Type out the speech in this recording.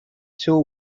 till